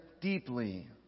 deeply